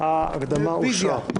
אין